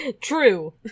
True